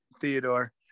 Theodore